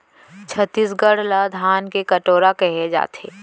छत्तीसगढ़ ल धान के कटोरा कहे जाथे